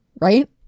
right